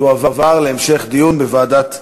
תועבר להמשך דיון בוועדת הפנים.